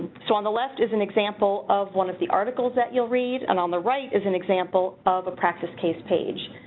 so on the left is an example of one of the articles that you'll read and on the right is an example practice case page.